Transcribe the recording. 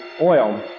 oil